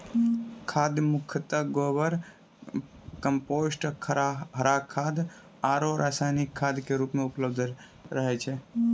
खाद मुख्यतः गोबर, कंपोस्ट, हरा खाद आरो रासायनिक खाद के रूप मॅ उपलब्ध रहै छै